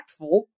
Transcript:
impactful